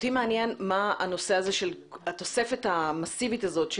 אותי מעניין מה התוספת המסיבית הזאת,